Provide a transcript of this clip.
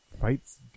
fights